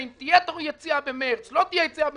האם תהיה יציאה במרץ או לא תהיה יציאה במרץ,